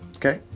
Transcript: okay?